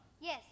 Yes